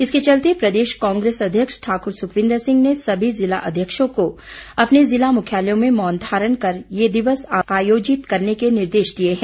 इसके चलते प्रदेश कांग्रेस अध्यक्ष ठाक्र सुखविन्द्र सिंह ने सभी जिला अध्यक्षों को अपने जिला मुख्यालयों में मौन धारण कर ये दिवस आयोजित करने के निर्देश दिए हैं